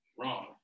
Wrong